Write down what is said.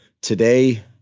today